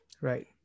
Right